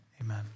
Amen